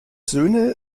söhne